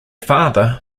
father